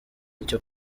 icyo